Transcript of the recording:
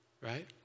right